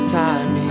time